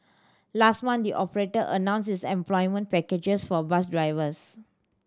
last month the operator announced its employment package for bus drivers